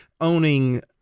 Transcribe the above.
owning